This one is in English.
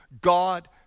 God